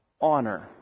honor